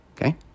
Okay